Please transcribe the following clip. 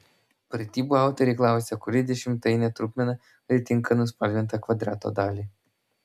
pratybų autoriai klausia kuri dešimtainė trupmena atitinka nuspalvintą kvadrato dalį